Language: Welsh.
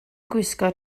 gwisgo